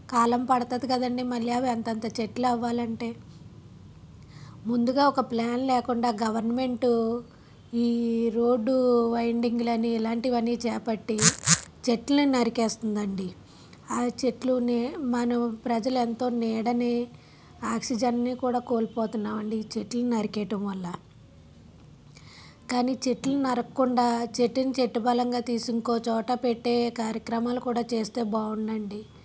కాలం పడుతుంది కదండి మళ్ళీ అవి అంతంత చెట్లు అవ్వాలంటే ముందుగా ఒక ప్లాన్ లేకుండా గవర్నమెంటు ఈ రోడ్డు వైండింగ్లని ఇలాంటివన్నీ చేపట్టి చెట్లని నరికేస్తుమది అండి ఆ చెట్లని మనం ప్రజలు ఎంతో నీడని ఆక్సిజన్ని కూడా కోల్పోతున్నాం అండి ఈ చెట్లు నరికేయడం వల్ల కానీ చెట్లుని నరకకుండా చెట్టుని చెట్టు పళంగా తీసి ఇంకో చోట పెట్టే కార్యక్రమాలు కూడా చేస్తే బాగుండండి